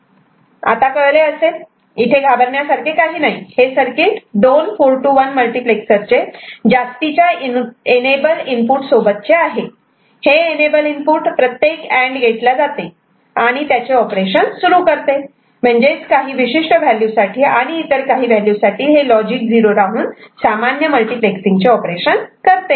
आता कळले असेल इथे घाबरण्यासारखे काही नाही हे सर्किट दोन 4 to 1 मल्टिप्लेक्सर चे जास्तीच्या एनेबल इनपुट सोबत चे आहे हे एनेबल इनपुट प्रत्येक अँड गेटला जाते आणि आणि त्यांचे ऑपरेशन सुरु करते म्हणजेच काही विशिष्ट व्हॅल्यू साठीआणि इतर काही व्हॅल्यू साठी हे लॉजिक 0 राहून सामान्य मल्टिप्लेक्ससिंग ऑपरेशन करते